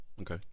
Okay